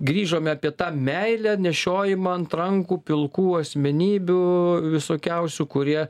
grįžome apie tą meilę nešiojimą ant rankų pilkų asmenybių visokiausių kurie